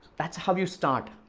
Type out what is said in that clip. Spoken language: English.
that's how you start.